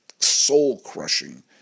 soul-crushing